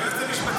היועץ המשפטי,